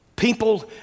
People